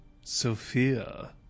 Sophia